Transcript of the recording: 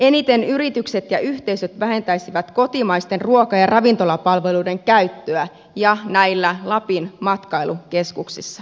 eniten yritykset ja yhteisöt vähentäisivät kotimaisten ruoka ja ravintolapalveluiden käyttöä näissä lapin matkailukeskuksissa